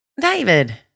David